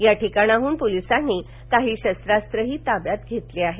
या ठिकाणाहून पोलिसांनी काही शस्त्रास्त्रही ताब्यात घेतली आहेत